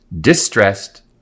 Distressed